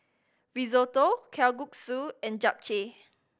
Risotto Kalguksu and Japchae